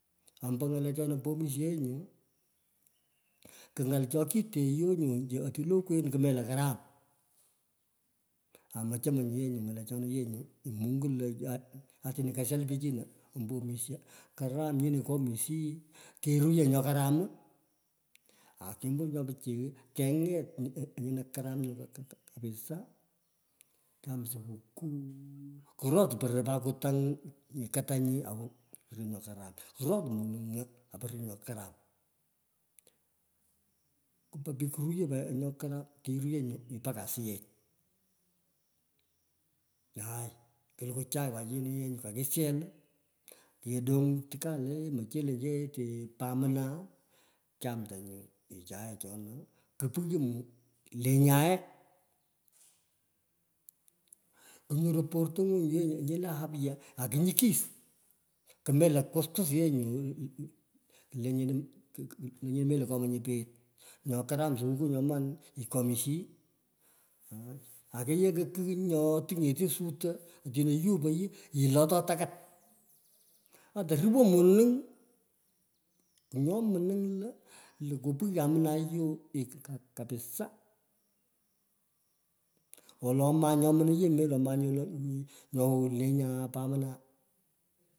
Ombo nyalechana po omisho yee nyu, kung’al cho kiteiyo nyu otile okwen kumelo karam. Amochechemei ye nyu ng’alechoni ye nyu mungu lo atini koshol pichino ombo omisho. Karam nyinoi kyomishi, keruyo nyo karam, akemumg’ nyo pichiy, kenget nyino karam nyu kapisa, kyaam sukukuu, kurot pot poror kutang katanyi, ako wo roo nyo karam, rot monung’o apa ruyo nyo karam. Kepa pich kuruyo nyo karam, keruyo nyu mpaka asiyech, aai kulukwa pat chai chini kakishel, kedong tikau le muchelen yetee po amna, kyamta nyo chae chona kupighyo mou lenyae. Kunyoru portongu nyi le afya aku nukis kmelo kwuskwas ye nyu lelo lenyino mende komonye peghet. Nyo karam sukukuu nyoman, kekoomishii, akeyio kigh ko nyo tunget soto, otino yupoy, yilotoi takat. Ata ruwoy monung nyo mniny lo, kule kubignan amna yoo kabisaa, wolo oman ye nyo mning yee mendo oman nyo wow lenya paamna.